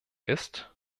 ist